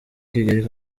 kigali